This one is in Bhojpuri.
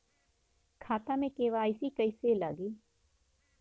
खाता में के.वाइ.सी कइसे लगी?